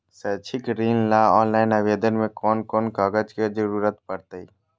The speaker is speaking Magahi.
शैक्षिक ऋण ला ऑनलाइन आवेदन में कौन कौन कागज के ज़रूरत पड़तई?